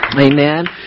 Amen